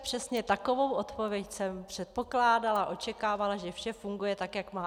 Přesně takovou odpověď jsem předpokládala, očekávala, že vše funguje tak, jak má.